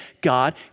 God